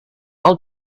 all